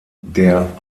der